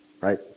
Right